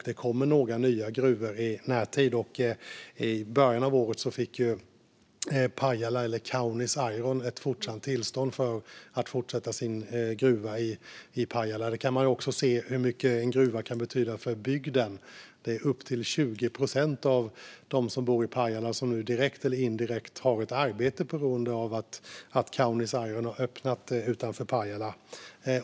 Det kommer några nya gruvor i närtid. I början av året fick Kaunis Iron tillstånd att fortsätta för sin gruva i Pajala. Där kan man se hur mycket en gruva kan betyda för bygden. Det är upp till 20 procent av dem som bor i Pajala som nu direkt eller indirekt har ett arbete på grund av att Kaunis Iron har öppnat utanför Pajala.